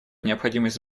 необходимость